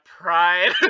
pride